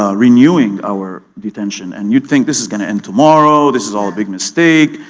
ah renewing our detention, and you'd think, this is gonna end tomorrow. this is all a big mistake.